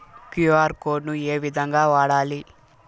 QR code ను ఏ విధంగా వాడాలి?